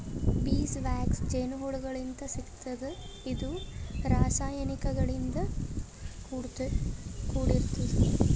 ಬೀಸ್ wax ಜೇನಹುಳಗೋಳಿಂತ್ ಸಿಗ್ತದ್ ಇದು ರಾಸಾಯನಿಕ್ ಗಳಿಂದ್ ಕೂಡಿರ್ತದ